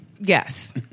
Yes